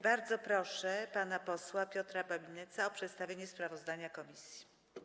Bardzo proszę pana posła Piotra Babinetza o przedstawienie sprawozdania komisji.